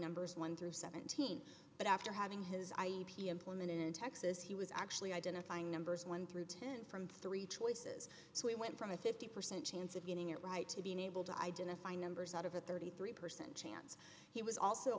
numbers one through seventeen but after having his eye p implement in texas he was actually identifying numbers one through ten from three choices so he went from a fifty percent chance of getting it right to being able to identify numbers out of a thirty three percent he was also